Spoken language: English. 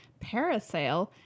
Parasail